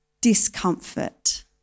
discomfort